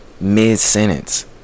Mid-sentence